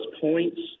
points